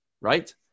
right